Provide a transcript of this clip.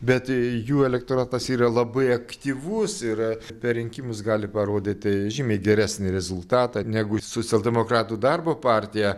bet jų elektoratas yra labai aktyvus yra per rinkimus gali parodyti žymiai geresnį rezultatą negu socialdemokratų darbo partija